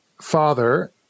father